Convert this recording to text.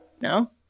No